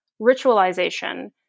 ritualization